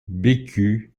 bécu